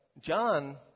John